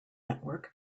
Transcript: network